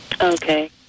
Okay